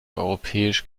europäisch